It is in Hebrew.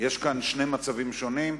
יש כאן שני מצבים שונים,